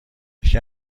یکی